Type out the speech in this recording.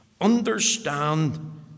understand